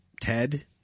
ted